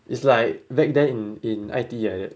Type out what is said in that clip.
it's like back then in in I_T_E like that